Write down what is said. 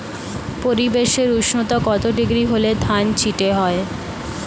পরিবেশের উষ্ণতা কত ডিগ্রি হলে ধান চিটে হয়?